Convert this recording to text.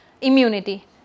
immunity